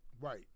Right